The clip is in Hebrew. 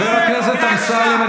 חבר הכנסת אמסלם,